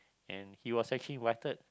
and he was actually invited